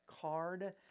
card